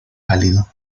pálido